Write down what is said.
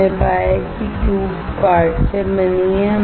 हमने पाया कि ट्यूब क्वार्ट्ज से बनी है